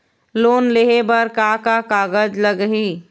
Loan लेहे बर का का कागज लगही?